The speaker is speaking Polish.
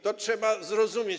To trzeba zrozumieć.